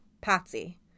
Patsy